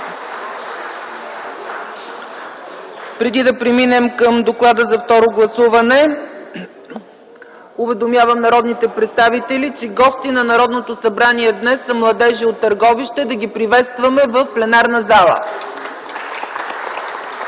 Преди да преминем към доклада за второ гласуване, уведомявам народните представители, че гости на Народното събрание днес са младежи от Търговище. Да ги приветстваме в пленарната зала.